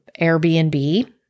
Airbnb